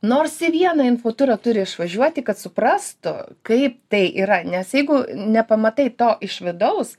nors į vieną info turą turi išvažiuoti kad suprastų kaip tai yra nes jeigu nepamatai to iš vidaus